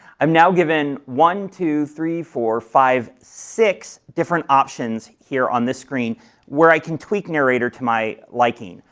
i'm now given one, two, three, four, five, six different options here on this screen where i can tweak narrator to my liking.